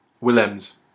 Willems